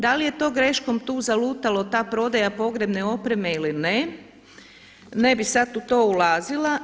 Da li je to greškom tu zalutalo ta prodaja pogrebne opreme ili ne, ne bih sad u to ulazila.